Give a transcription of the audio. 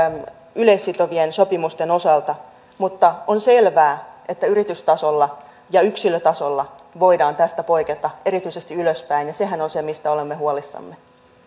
yleissitovien sopimusten osalta mutta on selvää että yritystasolla ja yksilötasolla voidaan tästä poiketa erityisesti ylöspäin ja sehän on se mistä olemme huolissamme